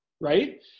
right